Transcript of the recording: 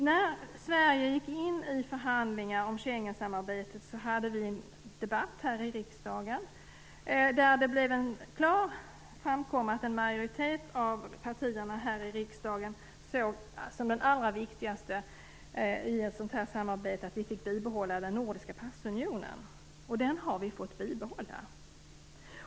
När Sverige gick in i förhandlingar om Schengensamarbetet hade vi en debatt här i riksdagen där det framkom att en majoritet av partierna såg som det allra viktigaste i samarbetet att vi fick behålla den nordiska passunionen. Och det har vi fått.